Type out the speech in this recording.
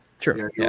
True